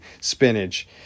spinach